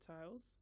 tiles